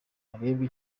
harebwe